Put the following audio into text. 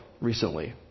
recently